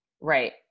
Right